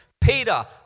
Peter